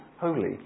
holy